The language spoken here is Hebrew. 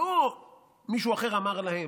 לא מישהו אחר אמר להם,